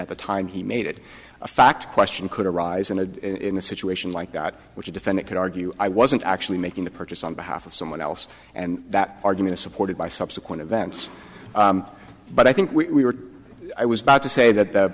at the time he made it a fact question could arise in a in a situation like that which defend it could argue i wasn't actually making the purchase on behalf of someone else and that argument is supported by subsequent events but i think we are i was about to say that